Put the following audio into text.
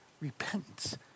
Repentance